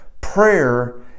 Prayer